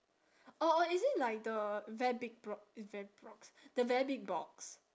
orh orh is it like the very big it's very the very big box